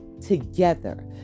together